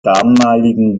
damaligen